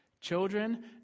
Children